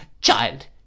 Child